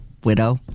Widow